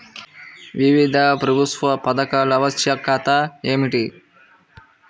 వివిధ ప్రభుత్వ పథకాల ఆవశ్యకత ఏమిటీ?